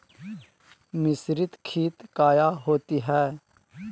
मिसरीत खित काया होती है?